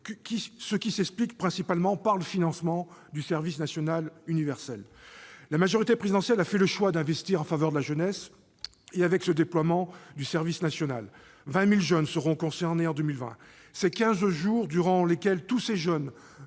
ce qui s'explique principalement par le financement du service national universel. La majorité présidentielle a fait le choix d'investir, en faveur de la jeunesse, dans le déploiement du SNU. Quelque 20 000 jeunes seront concernés en 2020. Ces quinze jours durant lesquels tous ces jeunes